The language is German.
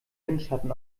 windschatten